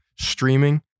streaming